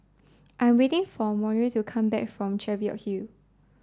I'm waiting for Monroe to come back from Cheviot Hill